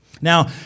Now